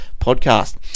podcast